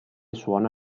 suona